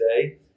today